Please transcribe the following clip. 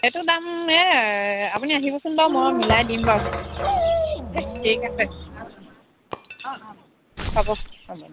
এইটো দাম সেই আউ আপুনি আহিবচোন বাউ মই মিলাই দিম বাউ দেই ঠিক আছে অঁ অঁ অঁ হ'ব হ'ব